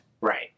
Right